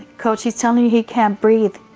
coach, he's telling you he can't breathe.